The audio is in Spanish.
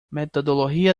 metodología